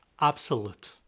absolute